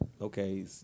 okay